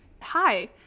hi